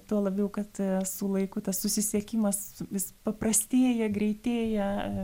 tuo labiau kad su laiku tas susisiekimas vis paprastėja greitėja